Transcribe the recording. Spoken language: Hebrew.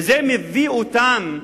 וזה מביא אותם,